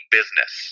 business